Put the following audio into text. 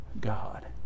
God